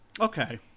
Okay